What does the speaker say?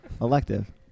Elective